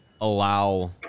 allow